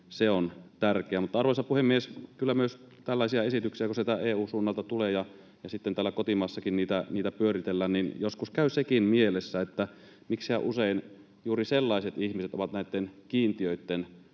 Se on tärkeää. Arvoisa puhemies! Kyllä kun tällaisia esityksiä sieltä EU:n suunnalta tulee ja sitten täällä kotimaassakin niitä pyöritellään, niin joskus käy sekin mielessä, että miksihän usein juuri sellaiset ihmiset ovat näitten kiintiöitten